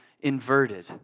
inverted